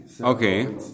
Okay